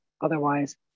otherwise